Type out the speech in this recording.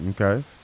Okay